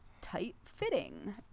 tight-fitting